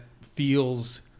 feels